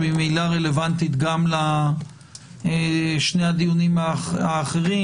שממילא רלוונטית גם לשני הדיונים האחרים,